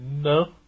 No